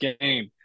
game